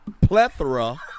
plethora